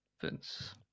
Vince